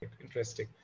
Interesting